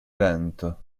vento